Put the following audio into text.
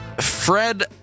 Fred